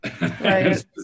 Right